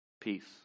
peace